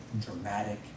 dramatic